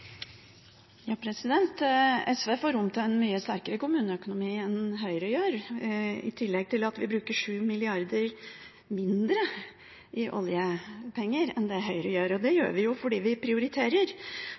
SV får rom til en mye sterkere kommuneøkonomi enn det Høyre gjør, i tillegg til at vi bruker 7 mrd. kr mindre i oljepenger enn det Høyre gjør, og det gjør vi fordi vi prioriterer.